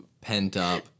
pent-up